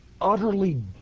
utterly